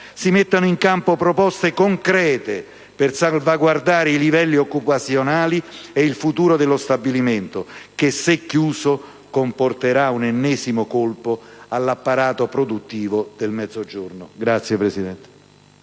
Si mettano in campo proposte concrete per salvaguardare i livelli occupazionali e il futuro dello stabilimento, che, se chiuso, comporterà un ennesimo colpo all'apparato produttivo del Mezzogiorno. PRESIDENTE.